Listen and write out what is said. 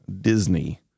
Disney